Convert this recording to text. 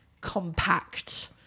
compact